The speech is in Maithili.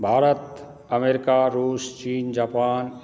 भारत अमेरिका रुस चीन जापान